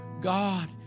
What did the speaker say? God